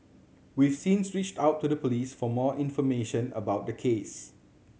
we've since reached out to the Police for more information about the case